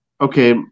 okay